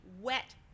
wet